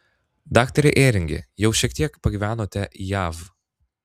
daktare ėringi jau šiek tiek pagyvenote jav